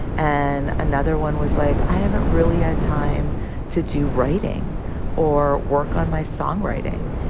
and another one was like, i haven't really had time to do writing or work on my songwriting.